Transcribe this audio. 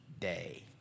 day